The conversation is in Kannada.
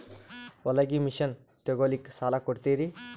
ಹೊಲಗಿ ಮಷಿನ್ ತೊಗೊಲಿಕ್ಕ ಸಾಲಾ ಕೊಡ್ತಿರಿ?